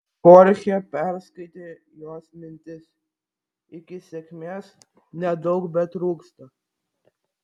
chorchė perskaitė jos mintis iki sėkmės nedaug betrūksta